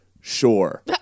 sure